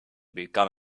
become